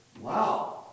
Wow